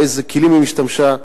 באיזה כלים היא השתמשה.